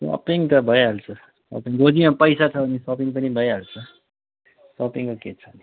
shopping त भइहाल्छ shopping गोजीमा पैसा छ भने सपिङ पनि भइहाल्छ सपिङको के छ नि